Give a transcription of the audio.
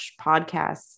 podcasts